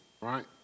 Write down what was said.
right